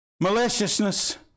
Maliciousness